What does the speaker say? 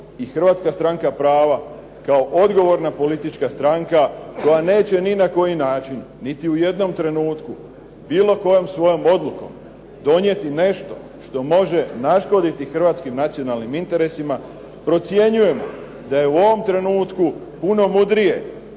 i Hrvatska stranka prava kao odgovorna politička stranka, koja neće ni na koji način niti u jednom trenutku bilo kojom svojom odlukom, donijeti nešto što može naškoditi hrvatskim nacionalnim interesima. Procjenjujem da je u ovom trenutku, puno mudrije